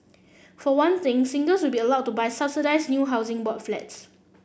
for one thing singles will be allowed to buy subsidised new Housing Board Flats